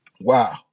Wow